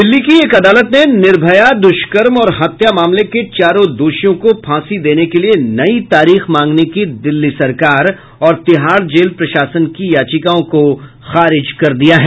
दिल्ली की एक अदालत ने निर्भया द्रष्कर्म और हत्या मामले के चारों दोषियों को फांसी देने के लिए नई तारीख मांगने की दिल्ली सरकार और तिहाड़ जेल प्रशासन की याचिकाओं को खारिज कर दिया है